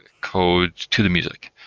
code to the music.